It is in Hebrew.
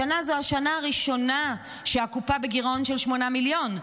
השנה זו השנה הראשונה שהקופה בגירעון של 8 מיליון.